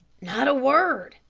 not a word,